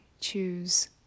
choose